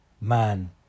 man